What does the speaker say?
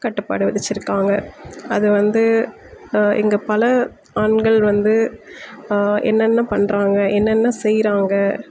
கட்டுப்பாடு விதிச்சி இருக்காங்க அது வந்து இங்கே பல ஆண்கள் வந்து என்னென்ன பண்ணுறாங்க என்னென்ன செய்யறாங்க